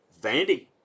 Vandy